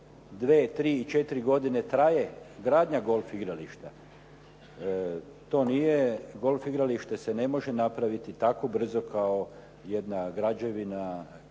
četiri godine traje gradnja golf igrališta. To nije, golf igralište se ne može napraviti tako brzo kao jedna građevina,